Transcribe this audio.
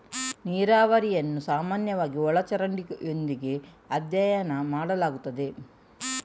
ನೀರಾವರಿಯನ್ನು ಸಾಮಾನ್ಯವಾಗಿ ಒಳ ಚರಂಡಿಯೊಂದಿಗೆ ಅಧ್ಯಯನ ಮಾಡಲಾಗುತ್ತದೆ